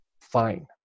fine